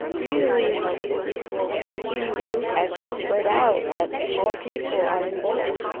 really hope that this will continue and to spread out that more people are involved